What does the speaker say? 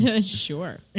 sure